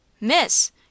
Miss